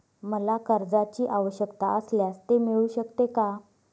मला कर्जांची आवश्यकता असल्यास ते मिळू शकते का?